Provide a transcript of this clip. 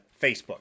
Facebook